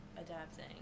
adapting